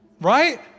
Right